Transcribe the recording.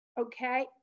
okay